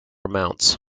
amounts